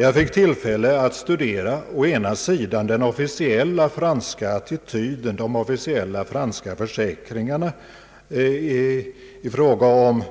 Jag fick tillfälle att studera å ena sidan den officiella franska attityden i fråga om